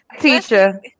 Teacher